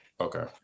Okay